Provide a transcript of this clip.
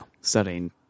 Studying